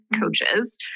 coaches